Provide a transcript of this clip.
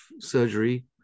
surgery